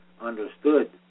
understood